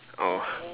oh